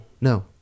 No